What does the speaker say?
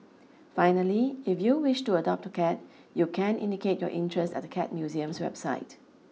finally if you wish to adopt a cat you can indicate your interest at the Cat Museum's website